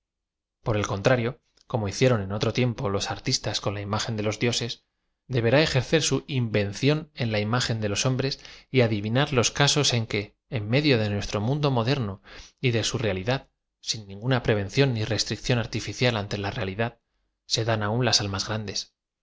por el contrario como hicieron en otro tiempo les artistis con la imagen de los dioses deberá ejercer su inven ción en la imagen de los hombres y adivinar los casos en que en medio de nuestro mundo moderno y de su realidad sin ninguna prevenclóa ni restricción artifi cial ante la realidad so dan aún la almas grandes